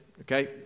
okay